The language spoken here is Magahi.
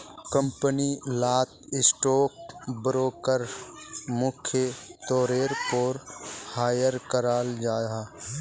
कंपनी लात स्टॉक ब्रोकर मुख्य तौरेर पोर हायर कराल जाहा